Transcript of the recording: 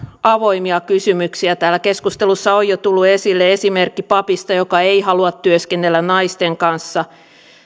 avoimia kysymyksiä täällä keskustelussa on jo tullut esille esimerkki papista joka ei halua työskennellä naisten kanssa